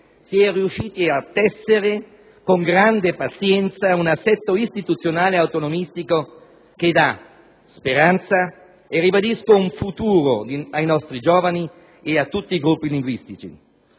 si è riusciti a tessere con grande pazienza un assetto istituzionale autonomistico che dà speranza e - ribadisco - un futuro ai nostri giovani e a tutti i gruppi linguistici.